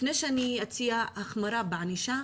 לפני שאני אציע החמרה בענישה,